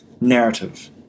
narrative